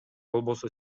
болбосо